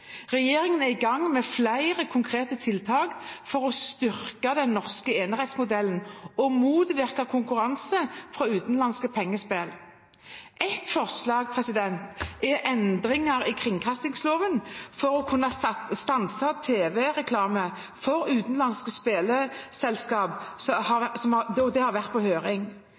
Regjeringen er i gang med flere konkrete tiltak for å styrke den norske enerettsmodellen og motvirke konkurranse fra utenlandske pengespill. Et forslag om endringer i kringkastingsloven for å kunne stanse tv-reklame for utenlandske spillselskap har vært